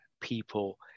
people